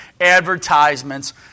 advertisements